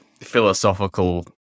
philosophical